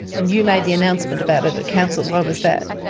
and you made the announcement about it at council. why was that?